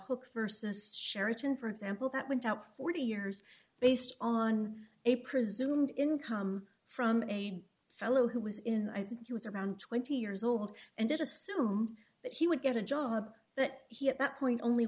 book versus sheraton for example that went out forty years based on a presumed income from a fellow who was in i think he was around twenty years old and it assume that he would get a job that he at that point only